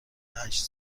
هشت